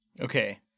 Okay